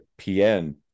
PN